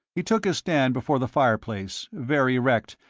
he took his stand before the fireplace, very erect,